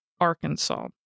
Arkansas